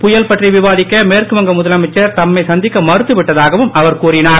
புயல் பற்றி விவாதிக்க மேற்குவங்க முதலமைச்சர் தம்மை சந்திக்க மறுத்துவிட்டதாகவும் அவர் கூறினார்